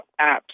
apps